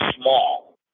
small